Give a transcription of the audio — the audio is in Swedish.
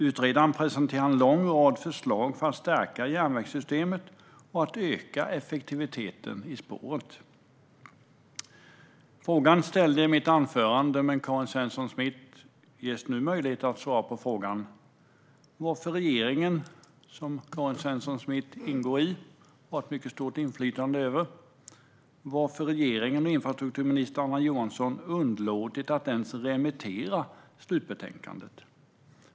Utredaren presenterar en lång rad förslag för att stärka järnvägssystemet och öka effektiviteten på spåren. Frågan jag ställde i mitt anförande, som Karin Svensson Smith nu ges möjlighet att svara på, är varför regeringen, som Karin Svensson Smiths parti ingår i och har ett mycket stort inflytande över, och infrastrukturminister Anna Johansson underlåtit att ens remittera slutbetänkandet.